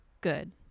good